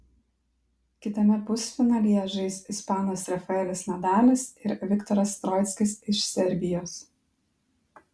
kitame pusfinalyje žais ispanas rafaelis nadalis ir viktoras troickis iš serbijos